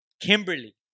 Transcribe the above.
Kimberly